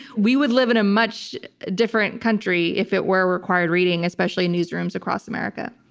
we would live in a much different country if it were required reading, especially in newsrooms across america.